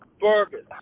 burgers